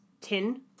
tin